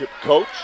coach